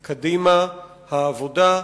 קדימה, העבודה,